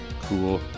cool